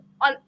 on